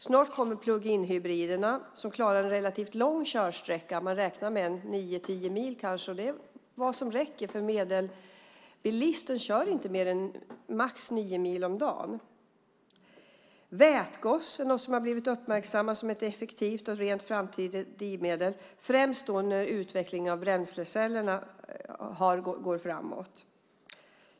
Snart kommer pluginhybriderna som klarar en relativt lång körsträcka. Man räknar med kanske nio tio mil, och det räcker eftersom medelbilisten inte kör mer än max nio mil om dagen. Vätgas är något som har blivit uppmärksammat som ett effektivt och rent framtida drivmedel, främst i och med att utvecklingen av bränsleceller går framåt.